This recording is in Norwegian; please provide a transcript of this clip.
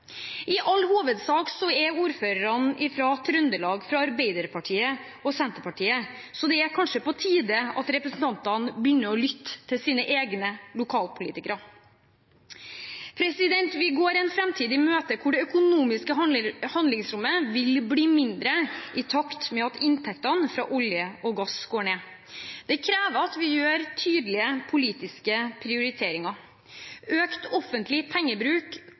I all hovedsak er ordførerne i Trøndelag fra Arbeiderpartiet og Senterpartiet, så det er kanskje på tide at representantene begynner å lytte til sine egne lokalpolitikere. Vi går en framtid i møte hvor det økonomiske handlingsrommet vil bli mindre, i takt med at inntektene fra olje og gass går ned. Det krever at vi gjør tydelige politiske prioriteringer. Økt offentlig pengebruk